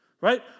right